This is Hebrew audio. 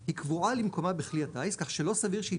היא קבועה למקומה בכלי הטיס כך שלא סביר שהיא